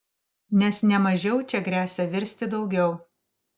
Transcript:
nes ne mažiau čia gresia virsti daugiau